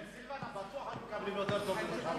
את סילבן בטוח היו מקבלים יותר טוב.